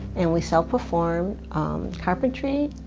and we sell per form carpentry,